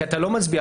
כי אתה לא מצביע.